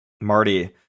Marty